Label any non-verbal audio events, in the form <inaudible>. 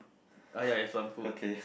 <laughs> okay